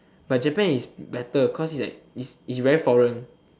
but Japan is like better cause it is like it's it's very foreign